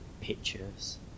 pictures